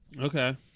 Okay